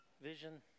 vision